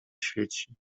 świeci